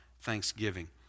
thanksgiving